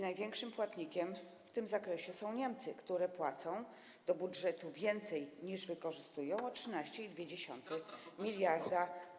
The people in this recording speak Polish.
Największym płatnikiem w tym zakresie są Niemcy, które płacą do budżetu więcej, niż wykorzystują, o 13,2 mld.